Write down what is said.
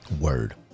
Word